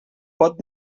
pot